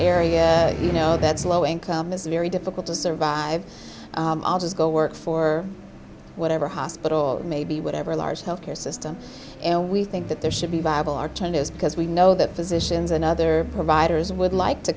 area you know that's low income is very difficult to survive i'll just go work for whatever hospital maybe whatever large health care system you know we think that there should be viable are changes because we know that physicians and other providers would like to